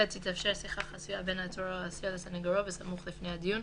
(ב)תתאפשר שיחה חסויה בין העצור או האסיר לסניגורו בסמוך לפני הדיון,